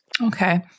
Okay